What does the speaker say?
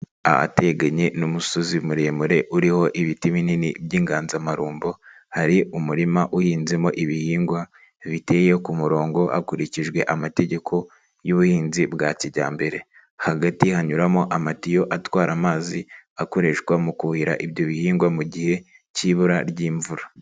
Ahateganye n'umusozi muremure uriho ibiti binini by'inganzamarumbo, hari umurima uhinzemo ibihingwa biteye ku murongo hakurikijwe amategeko y'ubuhinzi bwa kijyambere, hagati hanyuramo amatiyo atwara amazi akoreshwa mu kuhira ibyo bihingwa mu gihe cy'ibura ry'imvura.